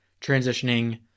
transitioning